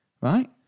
Right